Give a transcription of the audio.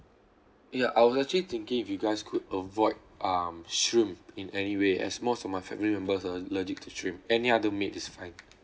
ya I was actually thinking if you guys could avoid um shrimp in any way as most of my family members are allergic to shrimp any other meat is fine